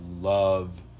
love